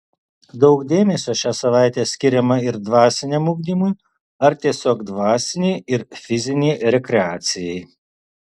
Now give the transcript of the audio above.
daug dėmesio šią savaitę skiriama ir dvasiniam ugdymui ar tiesiog dvasinei ir fizinei rekreacijai